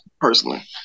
personally